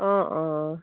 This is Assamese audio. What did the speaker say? অ' অ'